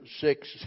six